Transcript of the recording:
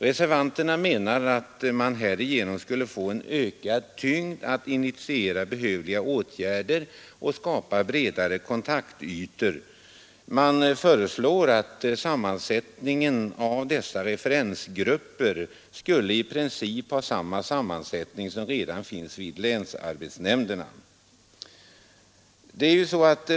Reservanterna menar att man härigenom skulle få en ökad tyngd att initiera behövliga åtgärder och skapa bredare kontaktytor. I reservationen föreslås att dessa referensgrupper i princip skulle ha samma sammansättning som länsarbetsnämnderna.